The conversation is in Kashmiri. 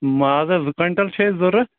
مازَس زٕ کۅینٹل چھِ اسہِ ضروٗرت